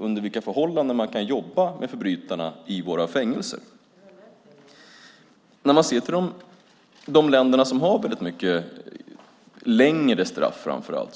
under vilka förhållanden man kan jobba med förbrytarna i våra fängelser. Man kan se på de länder som har mycket längre straff.